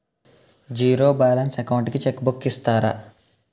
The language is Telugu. జీరో బాలన్స్ అకౌంట్ కి చెక్ బుక్ ఇస్తారా?